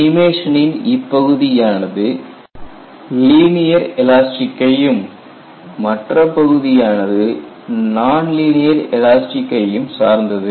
animation இன் இப்பகுதியானது linear elastic கையும் மற்ற பகுதியானது நான்லீனியர் எலாஸ்டிக்கை எம் சார்ந்தது